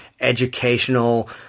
educational